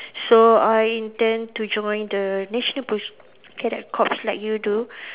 so I intend to join the national police cadet corps like you do